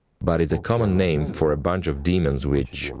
but it's a common name for a bunch of demons which.